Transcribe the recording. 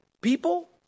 People